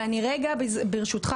אבל ברשותך,